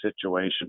situation